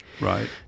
Right